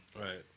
right